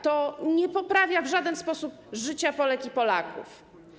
To nie poprawia w żaden sposób życia Polek i Polaków.